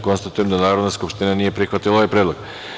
Konstatujem da Narodna skupština nije prihvatila ovaj predlog.